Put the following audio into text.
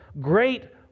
great